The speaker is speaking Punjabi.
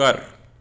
ਘਰ